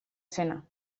zena